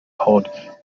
pod